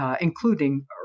including